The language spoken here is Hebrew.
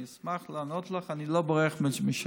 אני אשמח לענות לך, אני לא בורח מהשאלה.